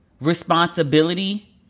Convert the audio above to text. responsibility